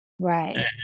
right